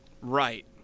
Right